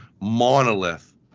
monolith